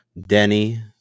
Denny